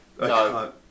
No